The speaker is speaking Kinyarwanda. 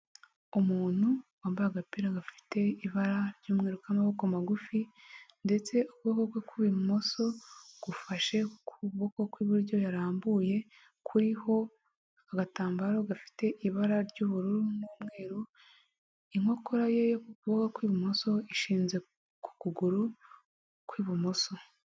Umuntu wambaye agapira gafite ibara ry'umweru k'amaboko magufi ndetse ukuboko kwe ku ibumoso gufashe ku kuboko ku iburyo yarambuye, kuriho agatambaro gafite ibara ry'ubururu n'umweru, inkokora ye yo ku kuboko ku ibumoso ishinze ku kuguru ku ibumoso.